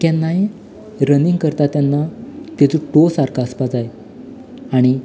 केन्नाय रनिंग करतां तेन्ना तेचो तो सारको आसपाक जाय आनी